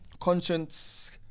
conscience